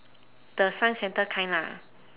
the science centre kind lah